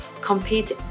compete